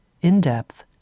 in-depth